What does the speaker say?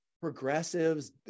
progressives